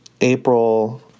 April